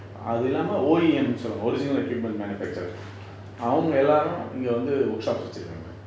அது இல்லாம:athu illama O_E_M ன்டு சொல்லுவாங்க:ndu solluvanga original equipment manufacturer அவங்க எல்லாரும் இங்க வந்து:avanga ellarum inga vanthu workshops வச்சிருகாங்க:vachirukanga